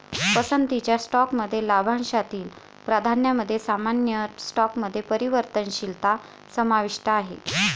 पसंतीच्या स्टॉकमध्ये लाभांशातील प्राधान्यामध्ये सामान्य स्टॉकमध्ये परिवर्तनशीलता समाविष्ट आहे